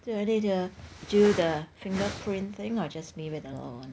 they'll do the do the fingerprint thing or just me with the little one